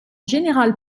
général